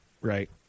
right